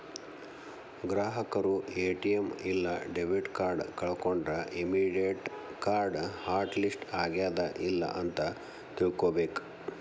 ಗ್ರಾಹಕರು ಎ.ಟಿ.ಎಂ ಇಲ್ಲಾ debit card ಕಳ್ಕೊಂಡ್ರ ಇಮ್ಮಿಡಿಯೇಟ್ ಕಾರ್ಡ್ ಹಾಟ್ ಲಿಸ್ಟ್ ಆಗ್ಯಾದ ಇಲ್ಲ ಅಂತ ತಿಳ್ಕೊಬೇಕ್